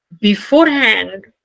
beforehand